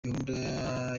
gahunda